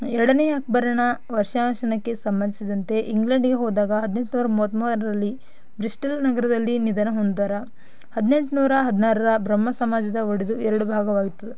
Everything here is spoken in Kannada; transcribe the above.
ಎರಡನೇ ಅಕ್ಬರನ ವರ್ಷಾಶನಕ್ಕೆ ಸಂಬಂಧಿಸಿದಂತೆ ಇಂಗ್ಲೆಂಡಿಗೆ ಹೋದಾಗ ಹದಿನೆಂಟ್ನೂರ ಮೂವತ್ಮೂರಲ್ಲಿ ಬ್ರಿಸ್ಟಲ್ ನಗರದಲ್ಲಿ ನಿಧನ ಹೊಂದಿದರು ಹದಿನೆಂಟ್ನೂರ ಹದಿನಾರರ ಬ್ರಹ್ಮ ಸಮಾಜದ ಒಡೆದು ಎರ್ಡು ಭಾಗವಾಯ್ತು